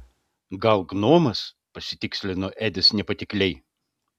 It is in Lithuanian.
gal gnomas pasitikslino edis nepatikliai